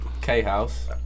K-House